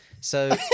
So-